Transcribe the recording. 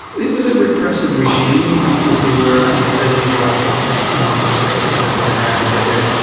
it was a repressive regime. people who were in prison were often sent into, precisely, into the saharan desert.